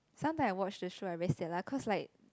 sometime I watch the show like very sian lah cause like